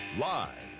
Live